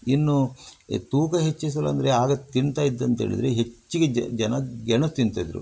ಇನ್ನೂ ತೂಕ ಹೆಚ್ಚಿಸಲು ಅಂದರೆ ಆಗ ತಿಂತಾಯಿದ್ದಂತೆ ಹೇಳಿದರೆ ಹೆಚ್ಚಿಗೆ ಜನ ಗೆಣಸು ತಿಂತಾಯಿದ್ರು